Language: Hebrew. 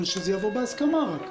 אבל שזה יבוא בהסכמה רק.